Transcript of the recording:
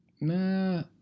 Nah